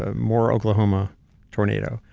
ah more oklahoma tornado.